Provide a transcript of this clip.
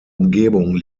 umgebung